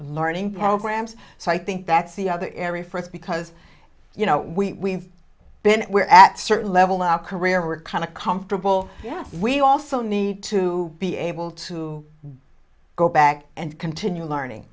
learning programs so i think that's the other area for us because you know we we're at certain level our career we're kind of comfortable yes we also need to be able to go back and continue learning